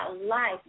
life